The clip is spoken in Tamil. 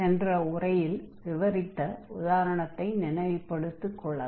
சென்ற உரையில் விவரித்த உதாரணத்தை நினைவுபடுத்திக் கொள்ளலாம்